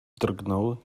drgnął